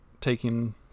taking